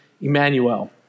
Emmanuel